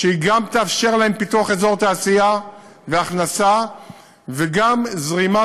שגם תאפשר להם פיתוח אזור תעשייה והכנסה וגם זרימה